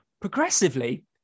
Progressively